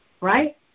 right